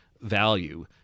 value